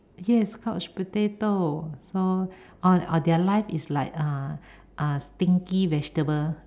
yes couch potato so or or their life is like uh stinky vegetable